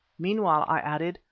meanwhile, i added,